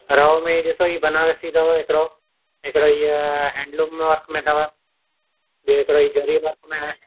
रओ में ॾिसो ही बनारसी अथव हिकिड़ो हिकिड़ो हिअ हेन्डलुम में अथव ॿियो हिकिड़ो ज़री वर्क़ में